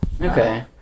Okay